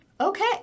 okay